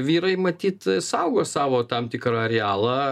vyrai matyt saugo savo tam tikrą arealą